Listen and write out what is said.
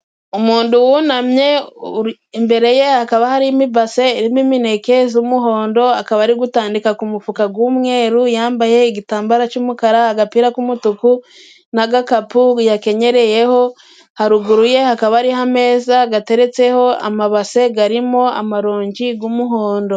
Umuntu wunamye imbere ye hakaba harimo ibase irimo imineke z'umuhondo， akaba ari gutandika ku mufuka g'umweru， yambaye igitambara c'umukara，agapira k'umutuku n'agakapu yakenyereyeho， haruguru ye hakaba hariho ameza gateretseho amabase garimo amaronji g’umuhondo.